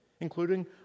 including